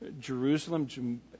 Jerusalem